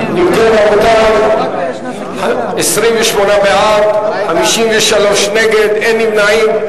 אם כן, רבותי, 28 בעד, 53 נגד, אין נמנעים.